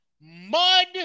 mud